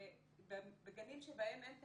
כשבגנים שבהם אין טב"ם,